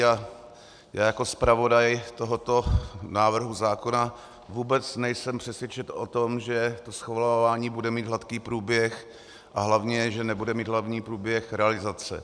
Já jako zpravodaj tohoto návrhu zákona vůbec nejsem přesvědčen o tom, že schvalování bude mít hladký průběh a hlavně že nebude mít hladký průběh realizace.